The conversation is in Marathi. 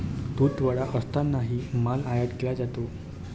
तुटवडा असतानाही माल आयात केला जातो